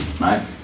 right